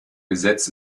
gesetz